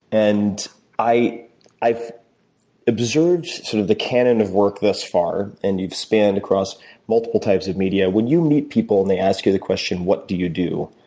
and i observed sort of the cannon of work thus far. and you've spanned across multiple types of media. when you meet people and they ask you the question what do you do,